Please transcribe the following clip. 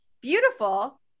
beautiful